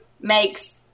makes